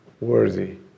worthy